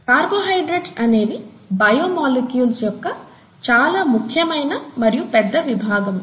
carbohydrates అనేవి biomolecules యొక్క చాలా ముఖ్యమైన మరియు పెద్ద విభాగము